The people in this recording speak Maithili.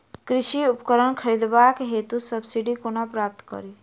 कृषि उपकरण खरीदबाक हेतु सब्सिडी कोना प्राप्त कड़ी?